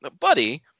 Buddy